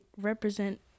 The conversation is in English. represent